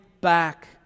back